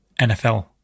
NFL